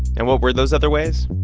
and what were those other ways?